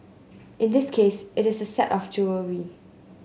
in this case it is a set of jewellery